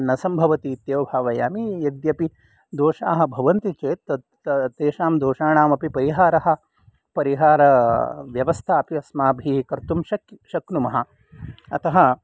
न सम्भवति इत्येव भावयामि यद्यपि दोषाः भवन्ति चेत् तत् तेषां दोषाणामपि परिहारः परिहारव्यवस्था अपि अस्माभिः कर्तुं शक्नुमः अतः